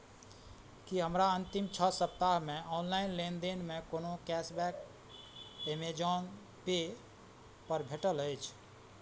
की हमरा अन्तिम छओ सप्ताहमे ऑनलाइन लेनदेनमे कोनो कैशबैक एमेजॉन पे पर भेटल अछि